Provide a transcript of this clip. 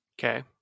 Okay